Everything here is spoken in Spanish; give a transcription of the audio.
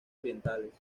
orientales